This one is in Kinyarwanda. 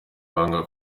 banga